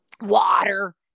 water